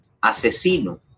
asesino